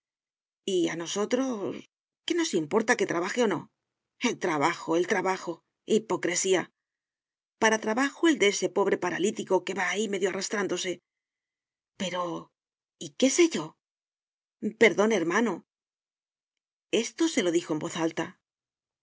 y a nosotros qué nos importa que trabaje o no el trabajo el trabajo hipocresía para trabajo el de ese pobre paralítico que va ahí medio arrastrándose pero y qué sé yo perdone hermano esto se lo dijo en voz alta